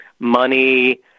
money